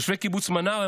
תושבי קיבוץ מנרה,